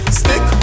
stick